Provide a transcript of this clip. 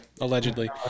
allegedly